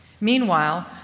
Meanwhile